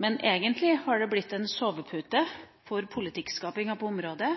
Men egentlig har det blitt en sovepute for politikkskapinga på området.